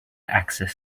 access